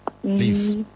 Please